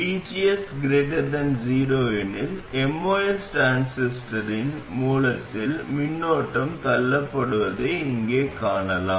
Vgs 0 எனில் MOS டிரான்சிஸ்டரின் மூலத்தில் மின்னோட்டம் தள்ளப்படுவதை இங்கே காணலாம்